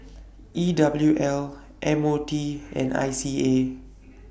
E W L M O T and I C A